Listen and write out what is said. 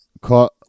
caught